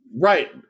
Right